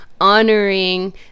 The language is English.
honoring